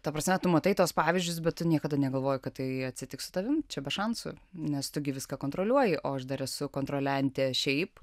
ta prasme tu matai tuos pavyzdžius bet tu niekada negalvoji kad tai atsitiks su tavim čia be šansų nes tu gi viską kontroliuoji o aš dar esu kontroliantė šiaip